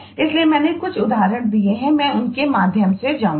इसलिए मैंने कुछ उदाहरण दिए हैं मैं उनके माध्यम से जाऊंगा